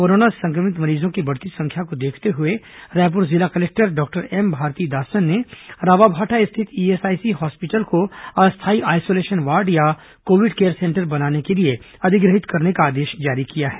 corona संक्रमित मरीजों की बढ़ती संख्या को देखते हुए रायपुर जिला कलेक्टर डॉक्टर एस भारतीदासन ने रावाभाटा स्थित ईएसआईसी हॉस्पिटल को अस्थायी आइसोलेशन वार्ड या कोविड केयर सेंटर बनाने के लिए अधिग्रहित करने का आदेश जारी किया है